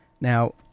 Now